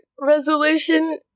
resolution